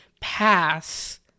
pass